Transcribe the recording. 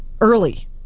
early